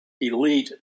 elite